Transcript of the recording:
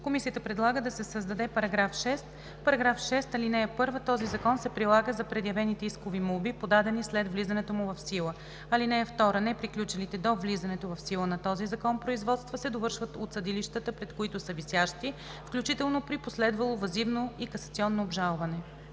Комисията предлага да се създаде § 6: „§ 6. (1) Този закон се прилага за предявените искови молби, подадени след влизането му в сила. (2) Неприключилите до влизането в сила на този закон производства се довършват от съдилищата, пред които са висящи, включително при последвало въззивно и касационно обжалване.“